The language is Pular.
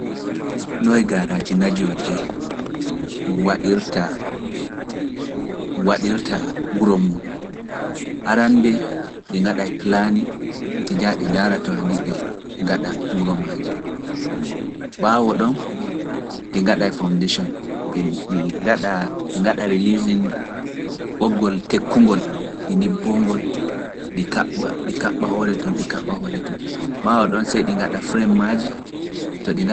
Noy garaaji najoje waɗirta wuro muuɗum? Arannde ɗi ngaɗae plaani, ɗi jaa ɗi ndaara to handi ɗi ngaɗa fondition di ngada rilizin ɓoggol tekkungol ɗi ndibbo ngol ɗi kaɓɓa ɗi kaɓɓa hoore tan ɗi kaɓɓa hoore tun ɓawa ɗon see ɗi ngaɗa frame maaj.